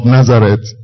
Nazareth